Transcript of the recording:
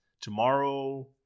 tomorrow